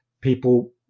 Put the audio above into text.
People